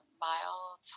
mild